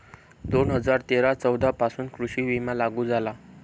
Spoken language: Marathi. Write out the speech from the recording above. दोन हजार तेरा चौदा पासून कृषी विमा लागू झाला